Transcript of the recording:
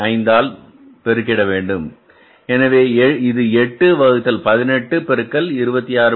5 ஆல் பெருகிட வேண்டும் எனவே இது 8 வகுத்தல் 18 பெருக்கல் 26